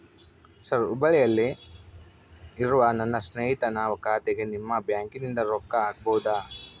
Sir ಹುಬ್ಬಳ್ಳಿಯಲ್ಲಿ ಇರುವ ನನ್ನ ಸ್ನೇಹಿತನ ಖಾತೆಗೆ ನಿಮ್ಮ ಬ್ಯಾಂಕಿನಿಂದ ರೊಕ್ಕ ಹಾಕಬಹುದಾ?